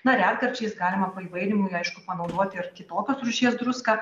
na retkarčiais galima paįvairimui aišku panaudoti ir kitokios rūšies druską